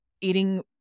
Eating